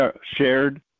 shared